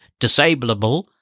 disableable